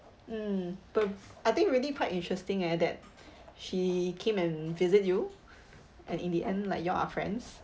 mm but I think really quite interesting eh that she came and visit you and in the end like you are friends